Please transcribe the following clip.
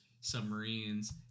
submarines